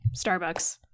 Starbucks